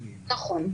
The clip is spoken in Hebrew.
נכון.